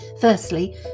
Firstly